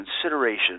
consideration